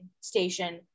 station